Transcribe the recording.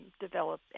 develop